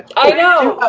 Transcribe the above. i know.